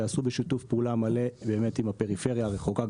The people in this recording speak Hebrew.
ייעשו בשיתוף פעולה מלא עם הפריפריה הרחוקה,